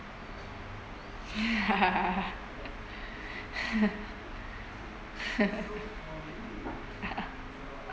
ya